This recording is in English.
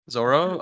Zoro